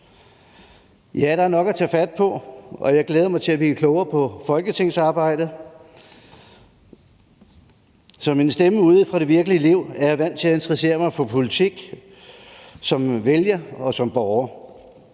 Ja, der er nok at tage fat på, og jeg glæder mig til at blive klogere på folketingsarbejdet. Som en stemme ude fra det virkelige liv er jeg vant til at interessere mig for politik som vælger og som borger.